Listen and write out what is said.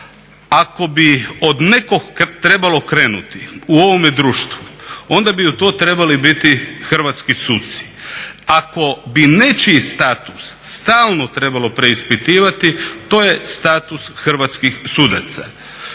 Ako bi od nekog trebalo krenuti u ovome društvu, onda bi to trebali biti hrvatski suci. Ako bi nečiji status stalno trebalo preispitivati to je status hrvatskih sudaca.